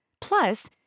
Plus